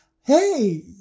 hey